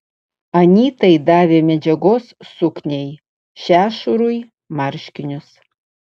anytai davė medžiagos sukniai šešurui marškinius